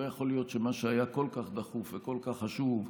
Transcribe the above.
לא יכול להיות שמה שהיה כל כך דחוף וכל כך חשוב,